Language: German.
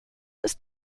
ist